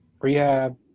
rehab